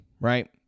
right